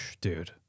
dude